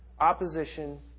opposition